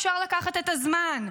אפשר לקחת את הזמן,